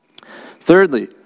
Thirdly